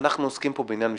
אנחנו עוסקים פה בעניין משפטי,